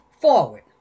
forward